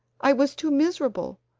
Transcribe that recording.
i was too miserable!